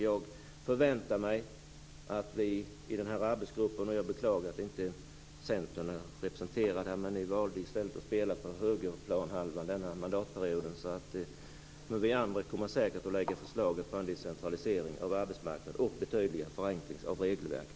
Jag förväntar mig att vi i arbetsgruppen, som jag beklagar att inte Centern är representerad i - ni valde i stället att spela på högra planhalvan denna mandatperiod - kommer att lägga fram förslag om viss decentralisering av arbetsmarknaden och betydliga förenklingar av regelverket.